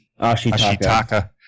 Ashitaka